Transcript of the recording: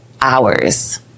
hours